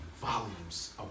volumes